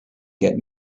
get